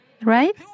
Right